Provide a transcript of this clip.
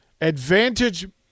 Advantage